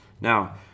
now